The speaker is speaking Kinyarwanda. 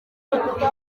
b’umwuga